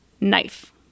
knife